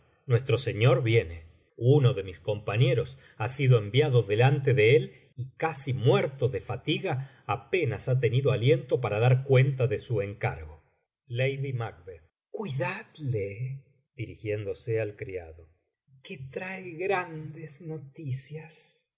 nuestro señor viene uno de mis compañeros ha sido enviado delante de él y casi muerto de fatiga apenas ha tenido aliento para dar cuenta de su encargo cuidadle dirigiéndose al criado qub trae gran macbeth des noticias